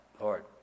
Lord